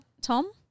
Tom